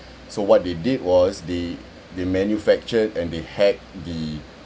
so what they did was they they manufactured and they had the